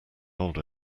old